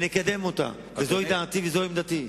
זו דעתי וזו עמדתי,